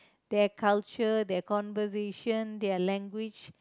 their culture their conversation their language